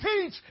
teach